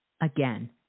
again